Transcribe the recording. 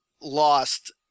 lost